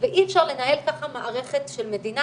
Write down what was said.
ואי אפשר לנהל ככה מערכת של מדינה